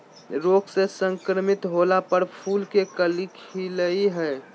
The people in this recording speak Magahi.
रोग से संक्रमित होला पर फूल के कली खिलई हई